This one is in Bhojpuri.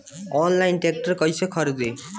आनलाइन ट्रैक्टर कैसे खरदी?